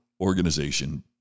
organization